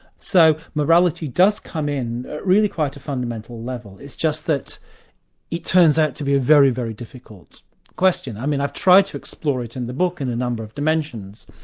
so morality does come in a really quite fundamental level, it's just that it turns out to be a very, very difficult question. i mean i've tried to explore it in the book in a number of dimensions,